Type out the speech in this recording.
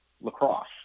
lacrosse